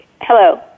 Hello